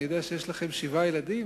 אני יודע שיש לכם שבעה ילדים.